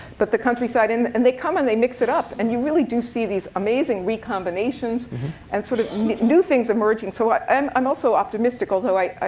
but the countryside. and and they come, and they mix it up. and you really do see these amazing recombinations and sort of new things emerging. so ah um i'm also optimistic although, like ah